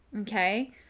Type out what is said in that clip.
Okay